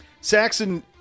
Saxon